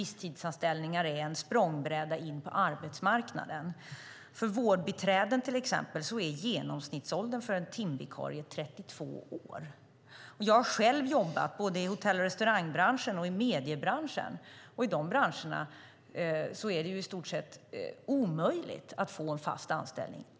Visstidsanställningar är inte en språngbräda in på arbetsmarknaden. Bland vårdbiträden till exempel är genomsnittsåldern för en timvikarie 32 år. Jag har själv jobbat i både hotell och restaurangbranschen och mediebranschen, och i de branscherna är det i stort sett omöjligt att få en fast anställning.